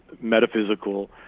metaphysical